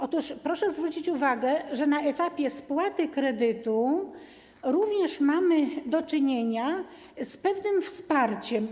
Otóż proszę zwrócić uwagę, że na etapie spłaty kredytu również mamy do czynienia z pewnym wsparciem.